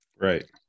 Right